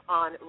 on